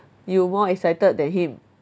you more excited than him